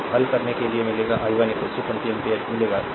तो हल करने के बाद मिलेगा i 1 20 एम्पीयर मिलेगा